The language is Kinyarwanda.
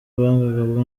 baganga